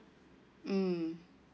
mm